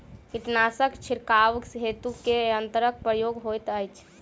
कीटनासक छिड़काव हेतु केँ यंत्रक प्रयोग होइत अछि?